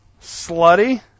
Slutty